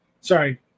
sorry